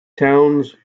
towns